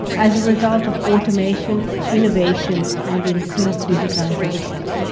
as a result of automation, innovation and increased digitisation.